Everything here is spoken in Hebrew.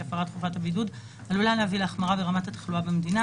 הפרת חובת הבידוד עלולה להביא להחמרה ברמת התחלואה במדינה,